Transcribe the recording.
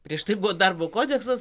prieš tai buvo darbo kodeksas